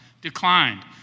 declined